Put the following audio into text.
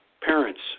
Parents